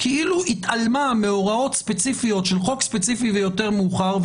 וכאילו התעלמה מהוראות ספציפיות של חוק ספציפי ויותר מאוחר,